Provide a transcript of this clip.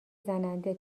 زننده